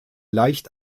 leicht